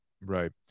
right